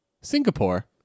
Singapore